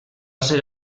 ser